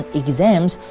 exams